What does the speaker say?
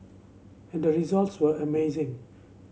and the results were amazing